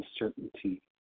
uncertainty